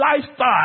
lifestyle